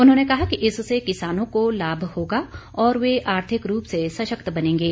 उन्होंने कहा कि इससे किसानों को लाभ होगा और वे आर्थिक रूप से सशक्त बनेगें